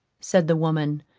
said the woman,